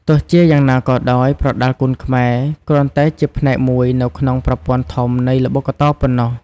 ទោះជាយ៉ាងណាក៏ដោយ ប្រដាល់គុនខ្មែរគ្រាន់តែជាផ្នែកមួយនៅក្នុងប្រព័ន្ធធំនៃល្បុក្កតោប៉ុណ្ណោះ។